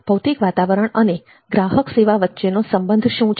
ભૌતિક વાતાવરણ અને ગ્રાહક સેવા વચ્ચેનો સંબંધ શું છે